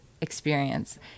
experience